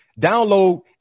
download